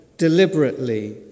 Deliberately